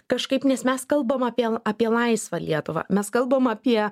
kažkaip nes mes kalbam apie apie laisvą lietuvą mes kalbam apie